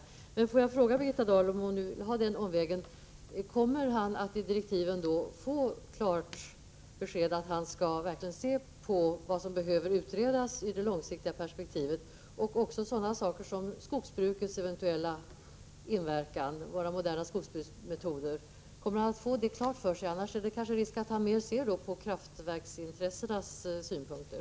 Om Birgitta Dahl vill gå den omvägen, får jag då fråga: Kommer utredaren att i direktiven SIS öralt få klart besked att han skall undersöka vad som behöver utredas i det f ref 884 dammkatastrofer långsiktiga perspektivet, också sådant som skogsbrukets eventuella inverkan, med våra moderna skogsbruksmetoder? Det kan annars finnas risk för att utredaren mer ser till kraftverksintressenas synpunkter.